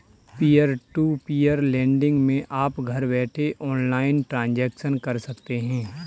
peer to peer lending मै आप घर बैठे ऑनलाइन ट्रांजेक्शन कर सकते है